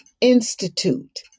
institute